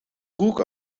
broek